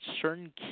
certain